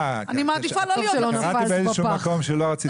קראתי באיזשהו מקום שלא רצית להיות.